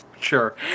sure